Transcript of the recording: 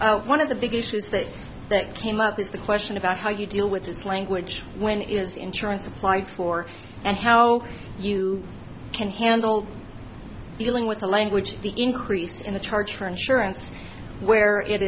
d one of the big issues that that came up was the question about how you deal with this language when it is insurance applied for and how you can handle dealing with the language the increase in the charge for insurance and where it